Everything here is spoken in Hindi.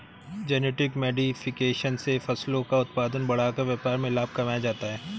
जेनेटिक मोडिफिकेशन से फसलों का उत्पादन बढ़ाकर व्यापार में लाभ कमाया जाता है